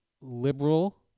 Liberal